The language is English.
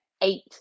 eight